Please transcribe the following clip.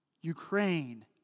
Ukraine